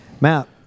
Matt